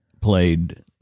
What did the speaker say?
played